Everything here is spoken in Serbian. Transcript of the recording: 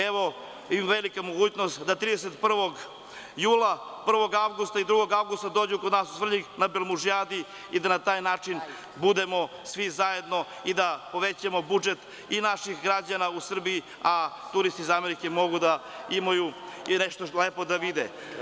Evo, velika mogućnost da 31. jula, 1. avgusta i 2. avgusta dođu kod nas u Svrljig na Belmužijadu i da na taj način budemo svi zajedno i da povećamo budžet i naših građana u Srbiji, a turisti iz Amerike mogu da imaju i nešto lepo da vide.